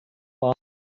war